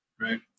right